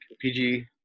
PG